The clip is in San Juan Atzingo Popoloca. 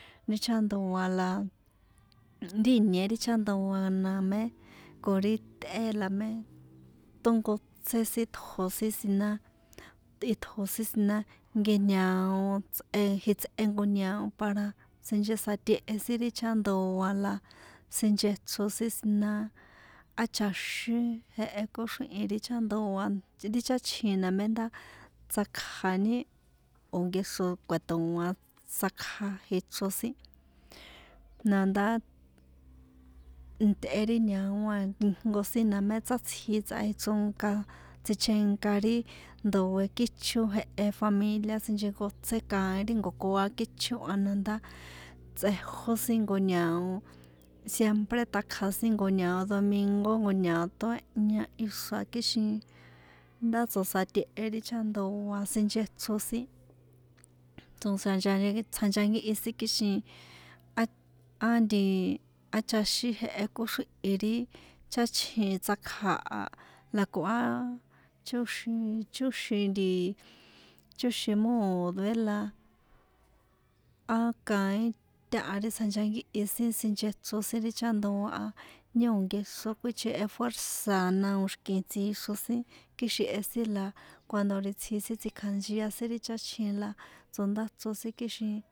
Ri chájan ndoa la ri ìnie ri chajan ndoa na mé ko ri tꞌé la mé tónkotsé sin tjo sin siná itjo sin siná nke ñao tsꞌe jitsꞌe jnko ñao para sinchesátehe ri chájan ndoa la sinchechro sin siná á chaxín jehe kóxríhi̱n ri chájan ndoa̱ ri cháchjin mé ndá tsjákja ní? Nkexro kuetoaan tsákja ichro sin na ndá nn tꞌe ri ñao a ijnko sin na mé sátsji tsꞌajichronka tsichenka ri ndoe kícho jehe familia sinchenkotsé kaín ri nko̱koa kícho a na ndá tsꞌejó jnko ñao siempre takja sin jnko ñao domingo jnko ñao toéhña ixra̱ kixin ndá tso̱satehe ri chajandoa sinchechro sin tsoxranchan tsjanchankíhi kixin á á nti á chaxín jehe kóxrihi̱n ri cháchjina tsakja a la ko á chóxin chóxin nti chóxin mòdoe la á kaín táha ri tsjanchakíhi sin sinchechro ri chájandoa a ní o̱ nkexro kuíchehe fuérza̱ na o̱ xi̱kihi tsixro sin kixin e sin la cuando ri itsji sin tsikjanchia sin ri cháchjin la tsondáchro kixin.